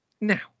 Now